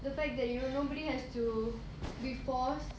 the fact that you know nobody has to be forced